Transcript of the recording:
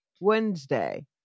Wednesday